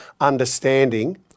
understanding